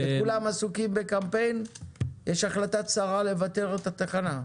כולם עסוקים בקמפיין, יש החלטת שרה לבטל את התחנה.